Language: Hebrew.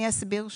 אני אסביר שוב,